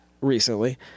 recently